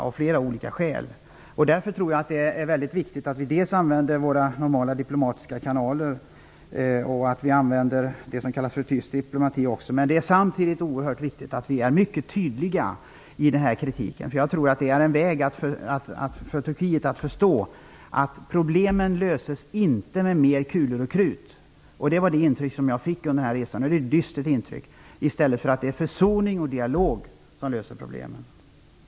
Det är därför väldigt viktigt att vi dels använder våra normala diplomatiska kanaler, dels använder det som kallas för tyst diplomati. Men det är samtidigt oerhört viktigt att vi är mycket tydliga i denna kritik. Det är en väg för Turkiet att förstå att problemen inte löses med mer kulor och krut. Det var det intryck jag fick under resan, och det är ett dystert intryck. Det är i stället försoning och dialog som löser problemen.